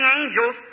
angels